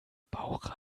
bauch